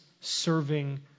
serving